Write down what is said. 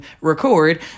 record